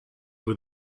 with